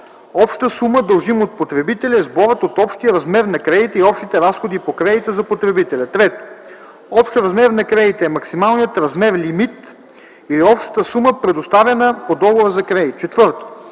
„Обща сума, дължима от потребителя” е сборът от общия размер на кредита и общите разходи по кредита за потребителя. 3. „Общ размер на кредита” е максималният размер (лимит) или общата сума, предоставяна по договора за кредит. 4.